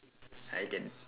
I can